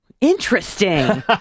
Interesting